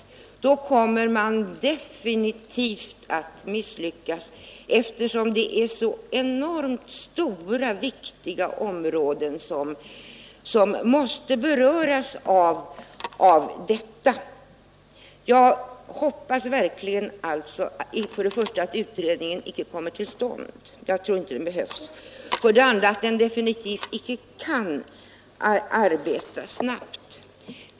Tror man det, kommer man nämligen definitivt att misslyckas, eftersom det är så enormt stora och viktiga områden som berörs. För det första hoppas jag att utredningen icke kommer till stånd — jag tror inte att den behövs — och för det andra anser jag att den definitivt icke skulle kunna arbeta snabbt.